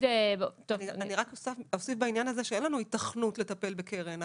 אני רק אוסיף בעניין הזה שאין לנו היתכנות לטפל בקרן,